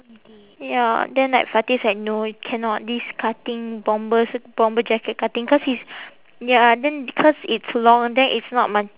ya then like fati's like no cannot this cutting bombers bomber jacket cutting cause he's ya then cause it's long then it's not my